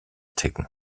ticken